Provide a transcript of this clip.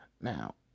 Now